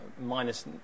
minus